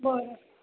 बरं